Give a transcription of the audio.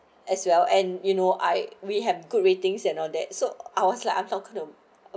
as well and you know I we have good ratings and all that so I was like I'm talking to